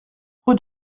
rue